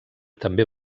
també